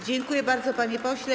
Dziękuję bardzo, panie pośle.